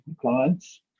clients